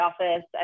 office